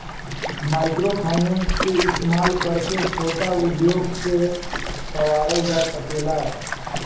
microfinance के इस्तमाल करके छोट उद्योग के सवारल जा सकेला